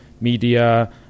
media